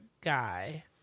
guy